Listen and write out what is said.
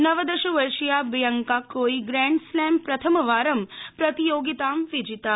नवदश वर्षीया बियांका कोई ग्रैंड स्लैम प्रथमवारं प्रतियोगितां विजिता